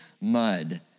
mud